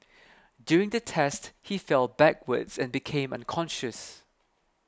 during the test he fell backwards and became unconscious